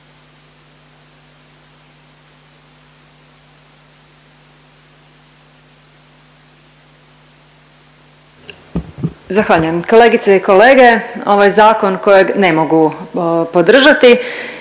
Zahvaljujem. Kolegice i kolege, ovo je zakon kojeg ne mogu podržati,